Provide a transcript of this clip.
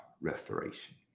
restoration